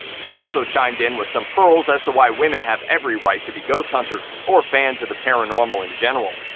she also chimed in with some pearls as to why women have every right to be ghost hunters, or fans of the paranormal in general.